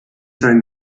seinen